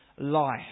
life